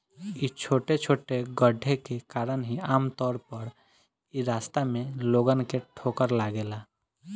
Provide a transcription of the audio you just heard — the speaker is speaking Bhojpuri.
इ छोटे छोटे गड्ढे के कारण ही आमतौर पर इ रास्ता में लोगन के ठोकर लागेला